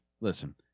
Listen